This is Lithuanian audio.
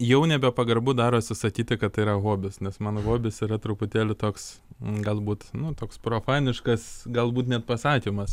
jau nebe pagarbu darosi sakyti kad tai yra hobis nes man hobis yra truputėlį toks galbūt nu toks profaniškas galbūt net pasakymas